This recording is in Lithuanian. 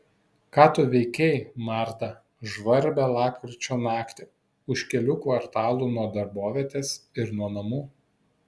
ką tu veikei marta žvarbią lapkričio naktį už kelių kvartalų nuo darbovietės ir nuo namų